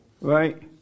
Right